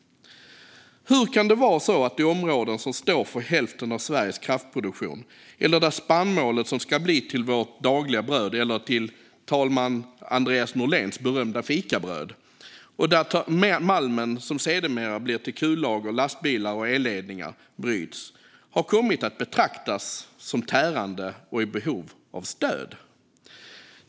Hur kan det vara så att de områden som står för hälften av Sveriges kraftproduktion eller där spannmålet odlas som ska bli till "vårt dagliga bröd" eller till talman Andreas Norléns berömda fikabröd eller där malmen som sedermera blir till kullager, lastbilar och elledningar bryts har kommit att betraktas som tärande och i behov av stöd?